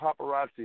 paparazzi